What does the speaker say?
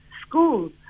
schools